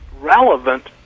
relevant